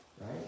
Right